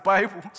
Bible